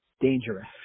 dangerous